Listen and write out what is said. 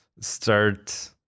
start